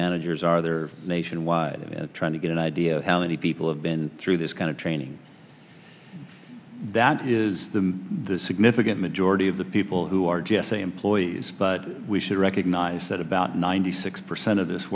managers are there nationwide trying to get an idea how many people have been through this kind of training that is the significant majority of the people who are g s a employees but we should recognize that about ninety six percent of this